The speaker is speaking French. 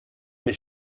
mes